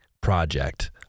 Project